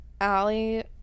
Allie